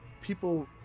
people